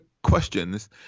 questions